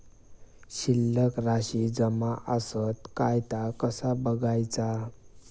शिल्लक राशी जमा आसत काय ता कसा बगायचा?